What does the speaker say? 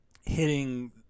hitting